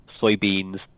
soybeans